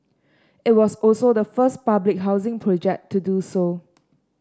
it was also the first public housing project to do so